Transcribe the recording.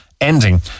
ending